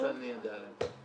לא שאני יודע עליהן.